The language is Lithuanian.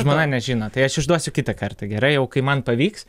žmona nežino tai aš išduosiu kitą kartą gerai jau kai man pavyks